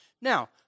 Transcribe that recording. Now